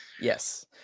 yes